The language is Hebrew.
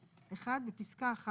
- (1) בפסקה (1),